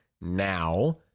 now